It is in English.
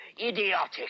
idiotic